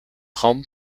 raum